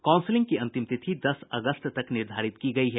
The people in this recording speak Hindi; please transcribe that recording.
काउंसिलिंग की अतिम तिथि दस अगस्त तक निर्धारित की गयी है